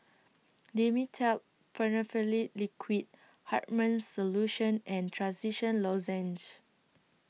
Dimetapp Phenylephrine Liquid Hartman's Solution and Trachisan Lozenges